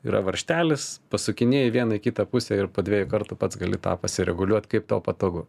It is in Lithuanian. yra varžtelis pasukinėji į vieną į kitą pusę ir po dviejų kartų pats gali pasireguliuot kaip tau patogu